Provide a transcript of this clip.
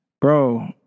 Bro